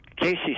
casey